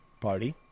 party